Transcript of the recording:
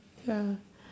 ya